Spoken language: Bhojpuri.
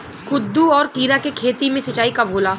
कदु और किरा के खेती में सिंचाई कब होला?